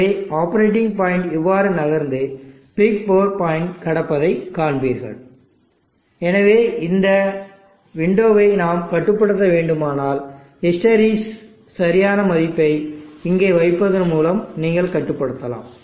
எனவே operating point இவ்வாறு நகர்ந்து பிக் பவர் பாயிண்டை கடப்பதைக் காண்பீர்கள் எனவே இந்த விண்டோவை நாம் கட்டுப்படுத்த வேண்டுமானால் ஹிஸ்டெரெசிஸின் சரியான மதிப்பை இங்கே வைப்பதன் மூலம் நீங்கள் கட்டுப்படுத்தலாம்